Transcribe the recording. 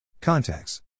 Contacts